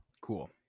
cool